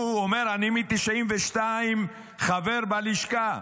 הוא אומר, אני מ-1992 חבר בלשכה.